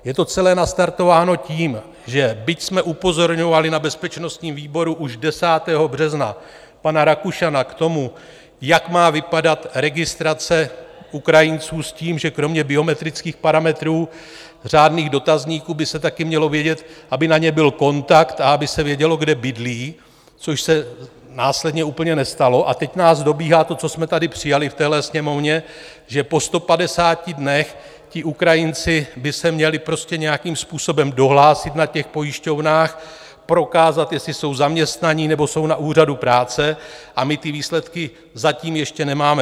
Je to celé nastartováno tím, že byť jsme upozorňovali na bezpečnostním výboru už 10. března pana Rakušana k tomu, jak má vypadat registrace Ukrajinců, s tím, že kromě biometrických parametrů, řádných dotazníků by se taky mělo vědět, aby na ně byl kontakt a aby se vědělo, kde bydlí, což se následně úplně nestalo, a teď nás dobíhá to, co jsme tady přijali v této Sněmovně, že po 150 dnech ti Ukrajinci by se měli prostě nějakým způsobem dohlásit na pojišťovnách, prokázat, jestli jsou zaměstnaní, nebo jsou na úřadu práce, a my ty výsledky zatím ještě nemáme.